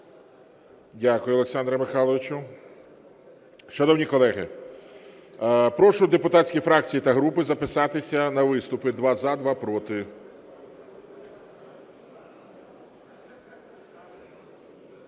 Дякую, Олександре Михайловичу. Шановні колеги, прошу депутатські фракції та групи записатися на виступи: два – за, два – проти.